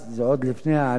וזה עוד לפני העלייה,